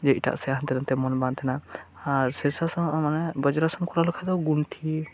ᱮᱴᱟᱜ ᱥᱮᱫ ᱦᱟᱱᱛᱮᱼᱱᱟᱛᱮ ᱢᱚᱱ ᱵᱟᱝ ᱛᱟᱦᱮᱸᱱᱟ ᱟᱨ ᱥᱤᱨᱥᱟᱥᱚᱱ ᱠᱚᱨᱟᱣᱞᱮᱠᱷᱟᱱ ᱦᱚᱸ ᱚᱱᱟ ᱜᱮ ᱵᱚᱡᱨᱟᱥᱚᱱ ᱠᱚᱨᱟᱣ ᱞᱮᱠᱷᱟᱱ ᱫᱚ ᱜᱩᱱᱴᱷᱤ